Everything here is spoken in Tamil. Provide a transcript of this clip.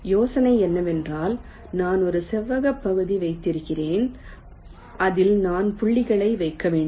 யோசனை என்னவென்றால் நான் ஒரு செவ்வக பகுதி வைத்திருக்கிறேன் அதில் நான் புள்ளிகளை வைக்க வேண்டும்